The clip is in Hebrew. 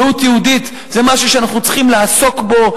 זהות יהודית זה משהו שאנחנו צריכים לעסוק בו,